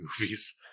movies